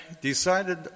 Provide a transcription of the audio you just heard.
decided